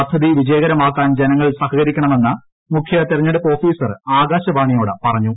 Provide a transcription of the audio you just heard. പദ്ധതി വിജയകരമാക്കാൻ ജനങ്ങൾ സഹകരിക്കണമെന്ന് മുഖ്യതെരഞ്ഞടുപ്പ് ഓഫീസർ ആകാശവാണിയോട് പറഞ്ഞു